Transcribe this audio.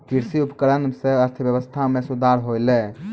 कृषि उपकरण सें अर्थव्यवस्था में सुधार होलय